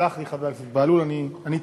תסלח לי, חבר הכנסת בהלול, אני טעיתי.